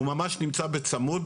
הוא ממש נמצא בצמוד